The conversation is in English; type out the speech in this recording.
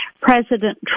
President